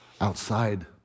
outside